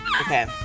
Okay